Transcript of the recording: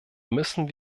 müssen